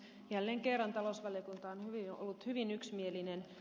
jälleen kerran talousvaliokunta on ollut hyvin yksimielinen